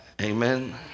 Amen